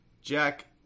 Jack